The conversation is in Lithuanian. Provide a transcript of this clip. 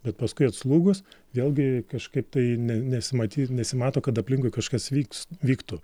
bet paskui atslūgus vėlgi kažkaip tai ne nesimaty nesimato kad aplinkui kažkas vyks vyktų